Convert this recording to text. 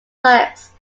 works